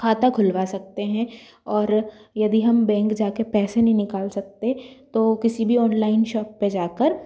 खाता खुलवा सकते हैं और यदि हम बैंक जा के पैसे नहीं निकाल सकते तो किसी भी ऑनलाइन शॉप पर जा कर